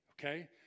okay